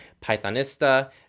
Pythonista